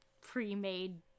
pre-made